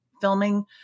filming